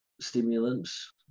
stimulants